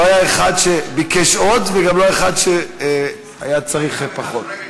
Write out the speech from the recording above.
לא היה אחד שביקש עוד וגם לא היה אחד שהיה צריך פחות.